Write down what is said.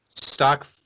stock